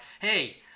hey